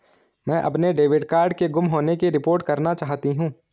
मैं अपने debit card के गुम होने की रिपोर्ट करना चाहती हूँ